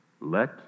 Let